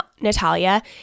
Natalia